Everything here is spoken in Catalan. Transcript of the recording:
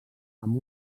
amb